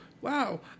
wow